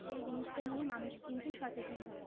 সেই জিনিসটা নিয়ে মানুষ কিন্তু সচেতন থাকে